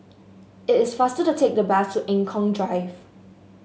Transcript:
it is faster to take the bus to Eng Kong Drive